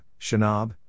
Shanab